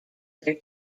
their